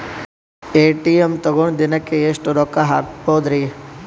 ATM ತಗೊಂಡ್ ದಿನಕ್ಕೆ ಎಷ್ಟ್ ರೊಕ್ಕ ಹಾಕ್ಬೊದ್ರಿ?